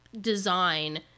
design